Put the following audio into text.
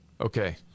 Okay